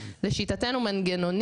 לשיטתנו,